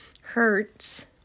hurts